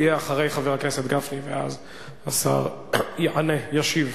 יהיה אחרי חבר הכנסת גפני, ואז השר יענה, ישיב.